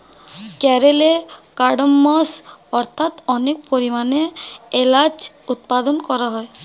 কেরলে কার্ডমমস্ অর্থাৎ অনেক পরিমাণে এলাচ উৎপাদন করা হয়